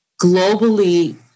globally